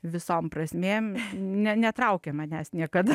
visom prasmėm ne netraukė manęs niekada